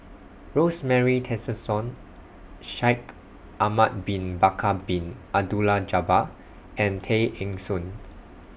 Rosemary Tessensohn Shaikh Ahmad Bin Bakar Bin Abdullah Jabbar and Tay Eng Soon